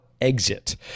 Exit